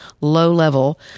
low-level